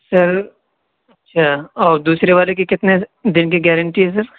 سر اچھا اور دوسرے والے کی کتنے دن کی گارنٹی ہے سر